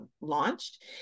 launched